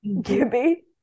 Gibby